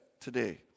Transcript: today